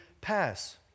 pass